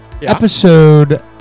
episode